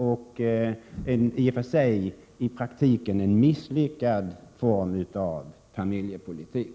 Det handlar i praktiken om en misslyckad form av familjepolitik.